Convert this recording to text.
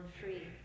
free